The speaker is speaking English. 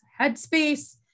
headspace